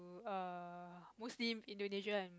err mostly Indonesia and